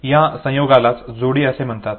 या संयोगालाच जोडी असे म्हणतात